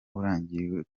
urangije